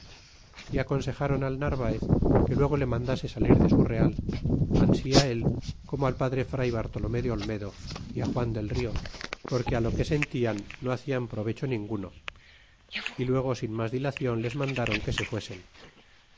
y aconsejáron al narvaez que luego le mandase salir de su real ansi él como al padre fray bartolome de olmedo é juan del rio porque lo que sentian no haeian provecho ninguno y luego sin mas dilacion les mandron que se fuesen